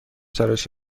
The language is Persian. تراش